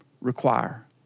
require